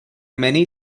many